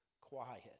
quiet